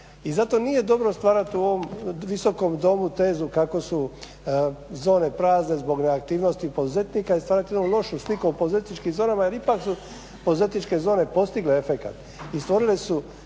I zato nije dobro stvarati u ovom Visokom domu tezu kako su zone prazne zbog neaktivnosti poduzetnika i stvarati lošu sliku o poduzetničkim zonama jer ipak su poduzetničke zone postigle efekat i stvorile su